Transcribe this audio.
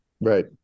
Right